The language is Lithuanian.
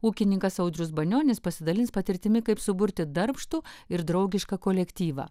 ūkininkas audrius banionis pasidalins patirtimi kaip suburti darbštų ir draugišką kolektyvą